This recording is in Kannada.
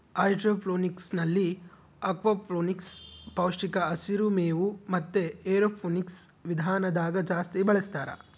ಹೈಡ್ರೋಫೋನಿಕ್ಸ್ನಲ್ಲಿ ಅಕ್ವಾಫೋನಿಕ್ಸ್, ಪೌಷ್ಟಿಕ ಹಸಿರು ಮೇವು ಮತೆ ಏರೋಫೋನಿಕ್ಸ್ ವಿಧಾನದಾಗ ಜಾಸ್ತಿ ಬಳಸ್ತಾರ